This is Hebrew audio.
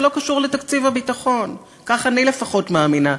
זה לא קשור לתקציב הביטחון, כך אני לפחות מאמינה.